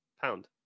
Pound